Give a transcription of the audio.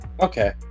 Okay